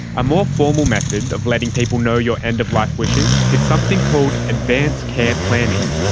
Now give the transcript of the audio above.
a more formal method of letting people know your end-of-life wishes is something called advance care planning.